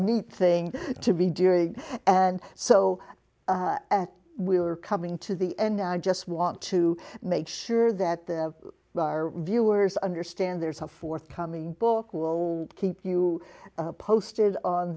neat thing to be during and so we were coming to the end i just want to make sure that the our viewers understand there's a forthcoming book will keep you posted on